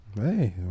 Hey